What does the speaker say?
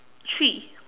three